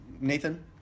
Nathan